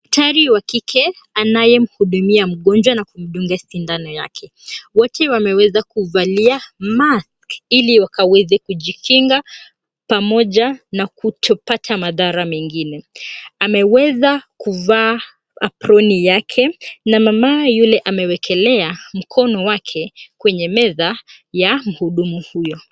Daktari wa kike anayemhudumia mgonjwa na kumdunga sindano yake. Wote wameweza kuvalia mask ili wakaweze kujikinga pamoja na kutopata madhara mengine. Ameweza kuvaa aproni yake na mama yule amewekelea mkono wake kwenye meza ya mhudumu huyo.